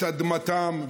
את אדמתם,